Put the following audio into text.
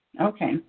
Okay